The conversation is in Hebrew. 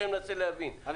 אני